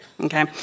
okay